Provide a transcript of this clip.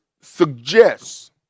suggests